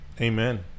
amen